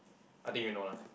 I think you know lah